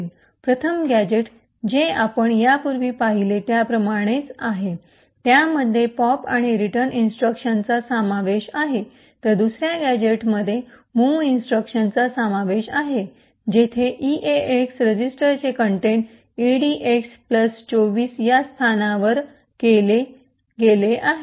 प्रथम गॅझेट जे आपण यापूर्वी पाहिले त्याप्रमाणेच आहे त्यामध्ये पॉप आणि रिटर्न इन्स्ट्रक्शनचा समावेश आहे तर दुसर्या गॅझेटमध्ये मूव्ह इंस्ट्रक्शनचा समावेश आहे जेथे ईएएक्स रजिस्टरचे कंटेंट इडीएक्स २४ वर स्थानांतरित मूव्ह केली गेली आहे